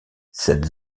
cette